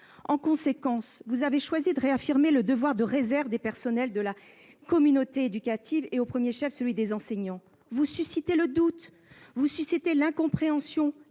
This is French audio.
le ministre, vous avez choisi de réaffirmer le devoir de réserve des personnels de la communauté éducative, et, au premier chef, celui des enseignants. Ce faisant, vous suscitez le doute, l'incompréhension